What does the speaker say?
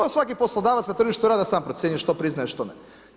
To svaki poslodavac na tržištu rada sam procjenjuje što priznaje što ne.